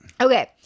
Okay